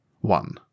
One